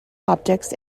optics